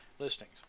listings